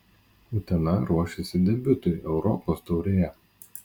utena ruošiasi debiutui europos taurėje